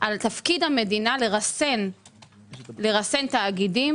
תגרום ל-10% אינפלציה.